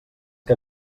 que